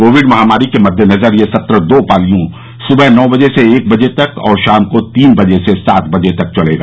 Covid महामारी के मद्देनजर यह सत्र दो पालियों सुबह नौ से एक बजे तक और शाम को तीन बजे से सात बजे तक चलेगा